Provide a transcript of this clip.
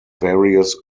various